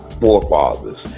forefathers